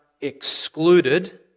excluded